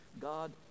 God